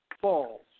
falls